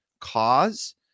cause